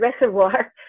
reservoir